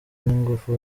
n’ingufu